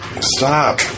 Stop